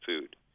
food